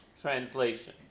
translation